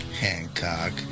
Hancock